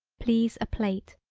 please a plate,